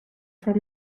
for